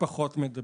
להיבדק.